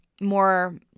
more